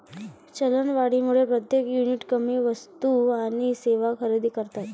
चलनवाढीमुळे प्रत्येक युनिट कमी वस्तू आणि सेवा खरेदी करतात